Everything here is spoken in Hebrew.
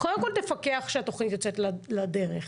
קודם כל תפקח שהתוכנית יוצאת לדרך,